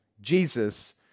Jesus